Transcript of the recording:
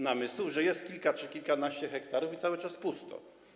Namysłów, że jest kilka czy kilkanaście hektarów i cały czas pusto?